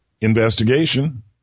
investigation